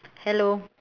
hello